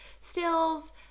stills